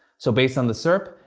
so based on the serp,